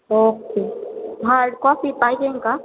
okay hard copy पाहिजेन का